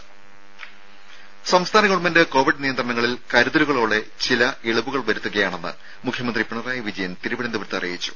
രും സംസ്ഥാന government Covid നിയന്ത്രണങ്ങളിൽ കരുതലുകളോടെ ചില ഇളവുകൾ വരുത്തുകയാണെന്ന് മുഖ്യമന്ത്രി പിണറായി വിജയൻ തിരുവനന്തപുരത്ത് അറിയിച്ചു